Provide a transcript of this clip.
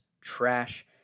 trash